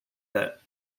that